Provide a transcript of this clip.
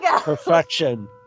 Perfection